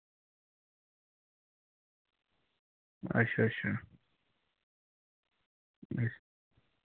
अच्छ अच्छा अच्छ